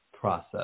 process